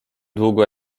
długo